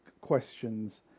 questions